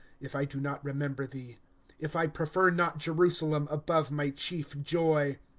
if i do not remember thee if i prefer not jerusalem, above my chief joy.